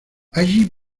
allí